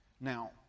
Now